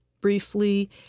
briefly